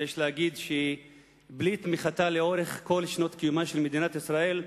שיש להגיד שבלי תמיכתה לאורך כל שנות קיומה של מדינת ישראל,